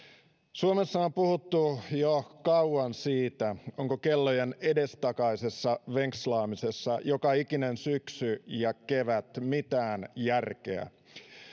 suomessa on puhuttu jo kauan siitä onko kellojen edestakaisessa venkslaamisessa joka ikinen syksy ja kevät mitään järkeä